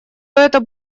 это